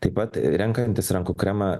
taip pat renkantis rankų kremą